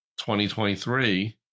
2023